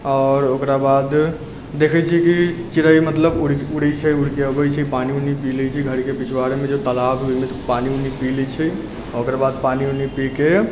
आओर ओकरा बाद देखै छी की चिड़ै मतलब उड़िके उड़िके अबै छै पानि उनी पी लै छै घरके पिछवाड़ेमे जो तालाब है ओयमे पानि उनि पी लै छै ओकर बाद पानि उनि पीके